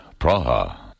Praha